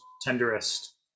tenderest